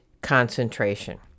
concentration